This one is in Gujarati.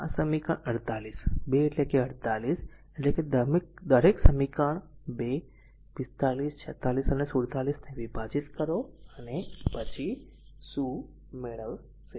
હવે સમીકરણ 48 2 એટલે કે 48 એટલે કે દરેક સમીકરણ 2 45 46 અને 47 ને વિભાજીત કરો પછી શું મેળવશે